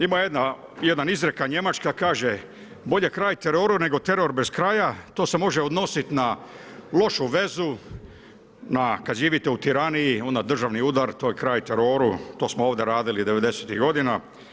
Ima jedna izreka njemačka kaže, „Bolje kraj teroru nego teror bez kraja“, to se može odnositi na lošu vežu, na kada živite u tiraniji onda državni udar to je kraj teroru, to smo ovdje radili devedesetih godina.